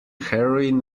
heroin